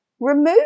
Remove